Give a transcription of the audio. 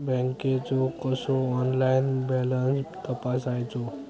बँकेचो कसो online balance तपासायचो?